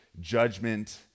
judgment